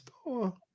store